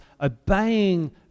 obeying